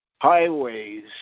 highways